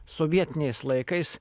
sovietiniais laikais